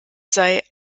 sei